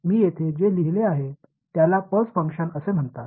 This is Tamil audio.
நான் அதை இங்கே எழுதியுள்ளேன் இது ஒரு பல்ஸ் ஃபங்ஷன் என்று அழைக்கப்படுகிறது